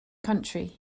country